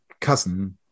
cousin